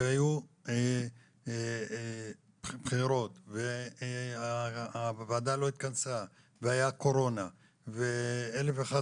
שהיו בחירות והוועדה לא התכנסה והיה קורונה ואלף ואחת